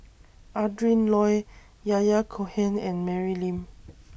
Adrin Loi Yahya Cohen and Mary Lim